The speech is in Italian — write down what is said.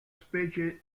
specie